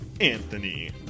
Anthony